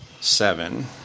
seven